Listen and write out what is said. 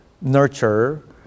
nurture